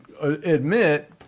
admit